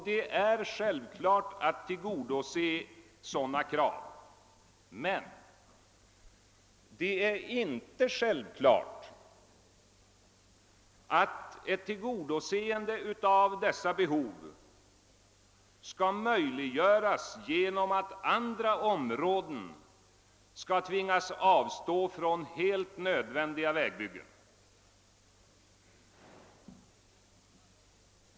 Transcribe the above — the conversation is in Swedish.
Det är självklart att sådana krav skall tillgodoses, men det är inte självklart att ett tillgodoseende av dessa behov skall möjliggöras genom att andra områden skall tvingas avstå från helt nödvändiga vägbyggen.